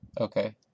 Okay